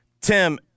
Tim